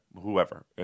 whoever